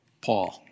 Paul